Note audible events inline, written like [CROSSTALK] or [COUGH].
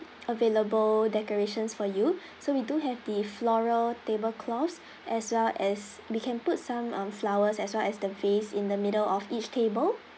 available decorations for you [BREATH] so we do have the floral table cloths [BREATH] as well as we can put some um flowers as well as the vase in the middle of each table